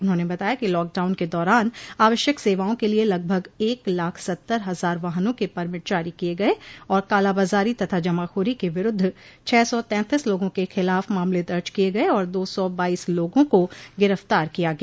उन्हाने बताया कि लॉकडाउन के दौरान आवश्यक सेवाओं के लिये लगभग एक लाख सत्तर हजार वाहनों के परमिट जारी किये गये और कालाबाजारी तथा जमाखोरी के विरूद्व छह सौ तैंतीस लोगों के खिलाफ मामले दर्ज किये गये और दो सौ बाईस लोगों को गिरफ्तार किया गया